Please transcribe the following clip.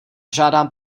žádám